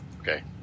okay